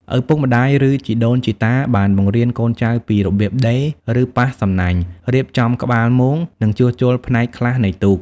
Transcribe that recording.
ឪពុកម្ដាយ ឬជីដូនជីតាបានបង្រៀនកូនចៅពីរបៀបដេរ ឬប៉ះសំណាញ់ រៀបចំក្បាលមង និងជួសជុលផ្នែកខ្លះនៃទូក។